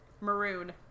Maroon